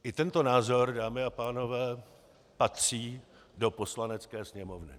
I tento názor, dámy a pánové, patří do Poslanecké sněmovny.